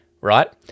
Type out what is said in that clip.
right